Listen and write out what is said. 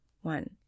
One